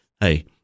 Hey